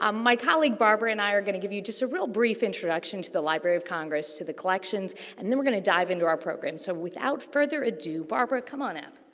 um my colleague barbara and i are going to give you just a real brief introduction to the library of congress, to the collections and then we're going to dive into our program. so, without further ado, barbara, come on up.